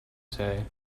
say